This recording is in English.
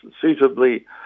suitably